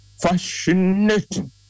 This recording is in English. Fascinating